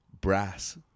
Brass